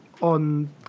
on